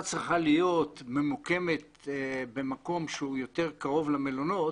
צריכה להיות ממוקמת במקום שהוא יותר קרוב למלונות,